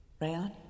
rayon